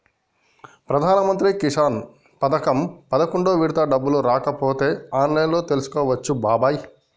ప్రధానమంత్రి కిసాన్ పథకం పదకొండు విడత డబ్బులు రాకపోతే ఆన్లైన్లో తెలుసుకోవచ్చు బాబాయి